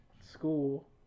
school